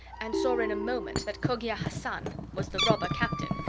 and saw in a moment that cogia hassan was the robber captain,